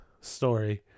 story